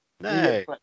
No